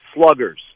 sluggers